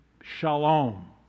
shalom